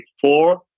four